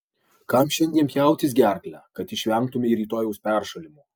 kam šiandien pjautis gerklę kad išvengtumei rytojaus peršalimo